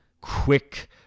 quick